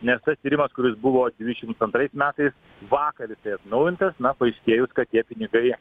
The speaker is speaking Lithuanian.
nes tas tyrimas kuris buvo dvidešims antrais metais vakar atnaujintas paaiškėjus kad tie pinigai